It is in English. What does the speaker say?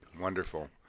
Wonderful